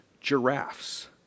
giraffes